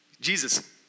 Jesus